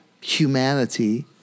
humanity